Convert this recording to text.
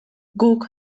guk